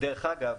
דרך אגב,